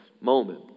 moment